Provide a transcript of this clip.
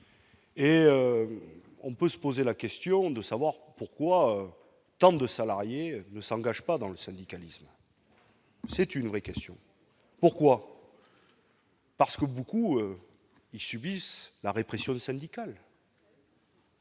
et on peut se poser la question de savoir pourquoi tant de salariés ne s'engage pas dans le syndicalisme. C'est une vraie question : pourquoi. Parce que beaucoup, ils subissent la répression syndicale.